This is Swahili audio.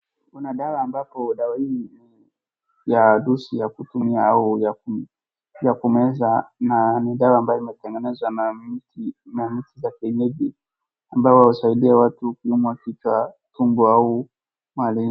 Kuna dawa ambapo dawa hii ni ya dosi ya kutumia au ya kumeza na ni dawa ambayo imetengenezwa na mti za kienyeji ambayo usaidia watu wakiumwa kichwa tumbo au mahali.